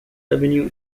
avenue